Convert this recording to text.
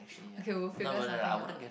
okay we'll figure something out